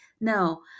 no